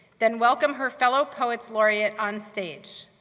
then welcome her fellow poets laureate on stage.